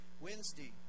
Wednesday